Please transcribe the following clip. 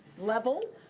level,